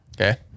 Okay